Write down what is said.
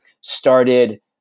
started